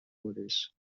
orders